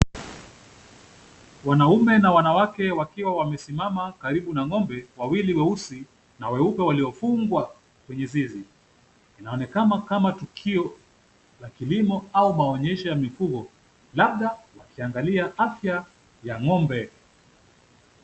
Wanaume na wanawake wakiwa wamesimama karibu na ng'ombe wawili weusi na weupe waliofungwa kwenye zizi. Inaonekana kama tukio la kilimo au maonyesho ya mifugo, labda wakiangalia afya ya ng'ombe.